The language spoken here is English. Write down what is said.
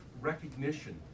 recognition